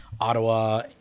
Ottawa